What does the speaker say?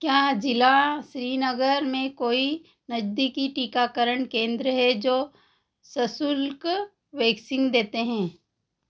क्या ज़िला श्रीनगर में कोई नज़दीकी टीकाकरण केंद्र है जो सशुल्क वैक्सीन देते हैं